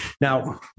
Now